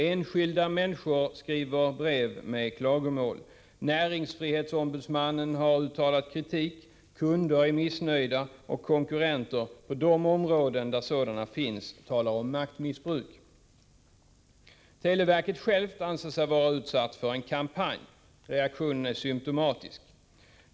Enskilda människor skriver brev med klagomål, näringsfrihetsombudsmannen har uttalat kritik, kunder är missnöjda och konkurrenter, på de områden där sådana finns, talar om maktmissbruk. Televerket självt anser sig vara utsatt för en kampanj. Reaktionen är symtomatisk.